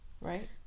right